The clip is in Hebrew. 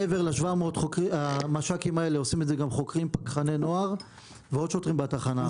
מעבר ל-700 המש"קים האלה עושים את זה גם חוקרי נוער ועוד שוטרים בתחנה.